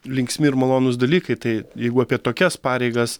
linksmi ir malonūs dalykai tai jeigu apie tokias pareigas